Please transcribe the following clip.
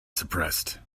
suppressed